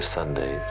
Sunday